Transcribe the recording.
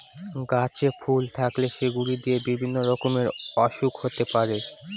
গাছে ফুল থাকলে সেগুলো দিয়ে বিভিন্ন রকমের ওসুখ হতে পারে